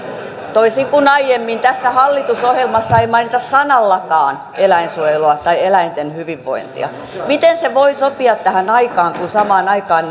toisin kuin aiemmin tässä hallitusohjelmassa ei mainita sanallakaan eläinsuojelua tai eläinten hyvinvointia miten se voi sopia tähän aikaan kun samaan aikaan